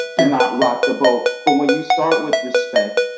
and not rock the boat, but when you start with respect,